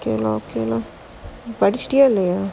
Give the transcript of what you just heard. okay lah okay lah படிச்சிட்டியா இல்லையா:padichitiyaa illaiyaa